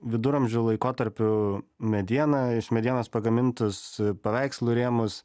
viduramžių laikotarpiu mediena iš medienos pagamintus paveikslų rėmus